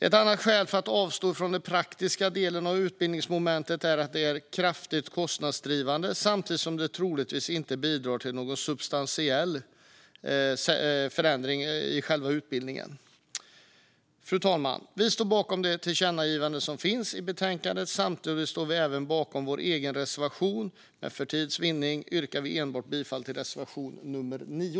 Ett annat skäl att avstå från praktiska utbildningsmoment är att det är kraftigt kostnadsdrivande. Samtidigt bidrar det troligtvis inte till något substantiellt i själva utbildningen. Fru talman! Vi står bakom de tillkännagivanden som föreslås i betänkandet. Vi står även bakom våra egna reservationer, men för tids vinning yrkar vi bifall enbart till reservation nummer 9.